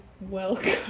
welcome